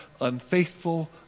unfaithful